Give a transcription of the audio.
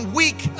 weak